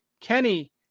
Kenny